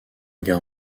guerre